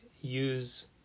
use